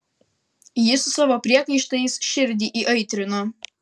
ji su savo priekaištais širdį įaitrino